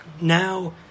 Now